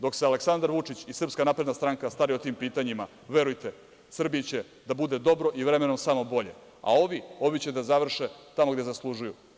Dok se Aleksandar Vučić i SNS staraju o tim pitanjima, verujte Srbiji će da bude dobro i vremenom samo bolje, a ovi će da završe tamo gde zaslužuju.